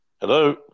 Hello